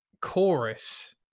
chorus